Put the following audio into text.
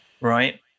right